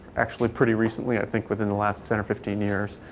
actually pretty recently, i think within the last ten or fifteen years.